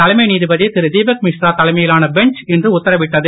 தலைமை நீதிபதி திருதிபக் மிஸ்ரா தலைமையிலான பெஞ்ச் இன்று உத்தரவிட்டது